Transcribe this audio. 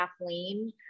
Kathleen